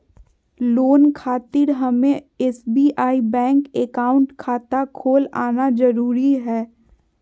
Loan खातिर हमें SBI bank account खाता खोल आना जरूरी है?